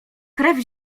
krew